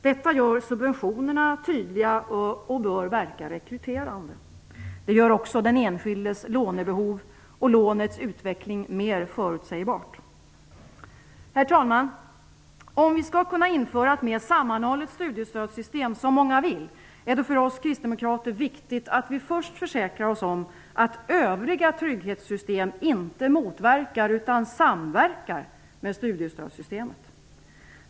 Detta gör subventionerna tydliga och bör verka rekryterande. Det gör också den enskildes lånebehov och lånets utveckling mer förutsägbart. Herr talman! Om vi skall kunna införa ett mer sammanhållet studiestödssystem, som många vill, är det för oss kristdemokrater viktigt att vi först försäkrar oss om att övriga trygghetssystem inte motverkar utan samverkar med studiestödssystemet.